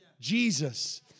Jesus